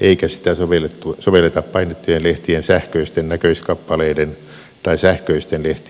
eikä sitä sovelleta painettujen lehtien sähköisten näköiskappaleiden tai sähköisten lehtien myynteihin jotka ovat palvelua